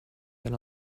than